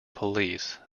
police